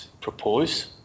propose